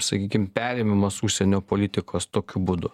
sakykim perėmimas užsienio politikos tokiu būdu